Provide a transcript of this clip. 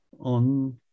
on